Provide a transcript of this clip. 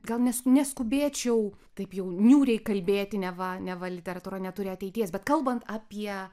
gal nes neskubėčiau taip jau niūriai kalbėti neva neva literatūra neturi ateities bet kalbant apie